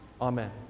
Amen